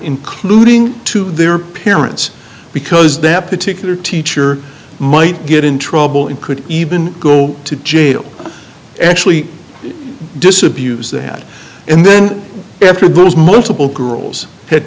including to their parents because that particular teacher might get in trouble and could even go to jail actually disabuse the had and then after those multiple girls had